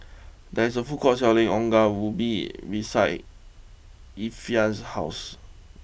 there is a food court selling Ongol Ubi beside Ephriam's house